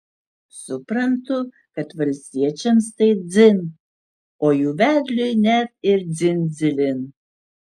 suprantu kad valstiečiams tai dzin o jų vedliui net ir dzin dzilin